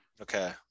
Okay